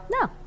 No